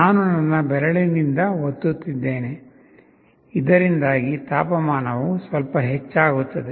ನಾನು ನನ್ನ ಬೆರಳಿನಿಂದ ಒತ್ತುತ್ತಿದ್ದೇನೆ ಇದರಿಂದಾಗಿ ತಾಪಮಾನವು ಸ್ವಲ್ಪ ಹೆಚ್ಚಾಗುತ್ತದೆ